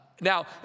Now